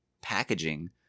packaging